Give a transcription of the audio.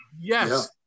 Yes